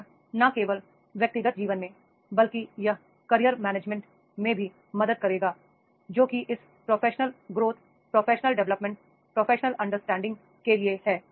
और न केवल व्यक्तिगत जीवन में बल्कि यह कैरियर मैनेजमेंट में भी मदद करेगा जो कि इस professional growth professional development professional understanding के लिए है